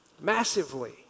massively